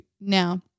now